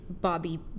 Bobby